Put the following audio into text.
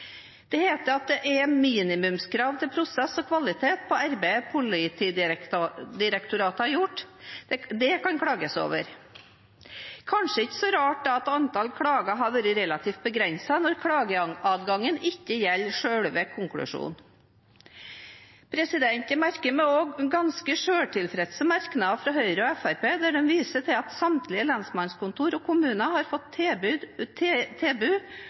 Det heter at det er minimumskrav til prosess og til kvaliteten på arbeidet Politidirektoratet har gjort, som det kan klages over. Det er kanskje ikke så rart at antall klager har vært relativt begrenset når klageadgangen ikke gjelder selve konklusjonen. Jeg merker meg også ganske selvtilfredse merknader fra Høyre og Fremskrittspartiet, der de viser til at samtlige lensmannskontor og kommuner har fått